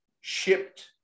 shipped